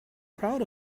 proud